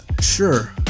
Sure